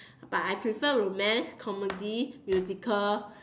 but I prefer romance comedy musical